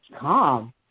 calm